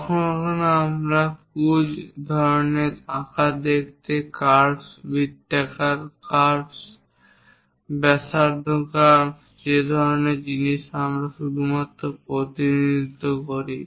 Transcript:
কখনও কখনও আমরা কুঁজ ধরনের আকার দেখতে কার্ভস বৃত্তাকার ব্যাসার্ধ কার্ভস যে ধরনের জিনিস আমরা শুধুমাত্র প্রতিনিধিত্ব করি